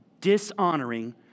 dishonoring